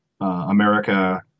America